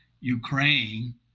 Ukraine